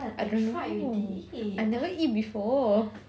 I don't know I never eat before